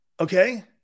Okay